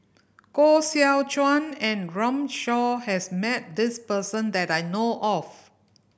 Koh Seow Chuan and Runme Shaw has met this person that I know of